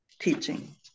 teaching